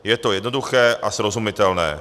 Je to jednoduché a srozumitelné.